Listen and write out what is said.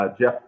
Jeff